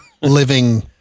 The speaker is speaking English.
living